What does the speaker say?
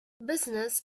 business